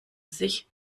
sich